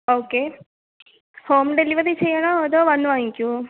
okay home delivery ചെയ്യണോ അതോ വന്ന് വാങ്ങിക്കുമോ